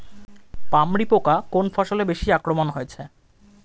পামরি পোকা কোন ফসলে বেশি আক্রমণ হয়েছে?